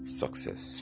success